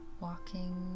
walking